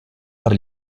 per